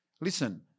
listen